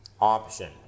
Option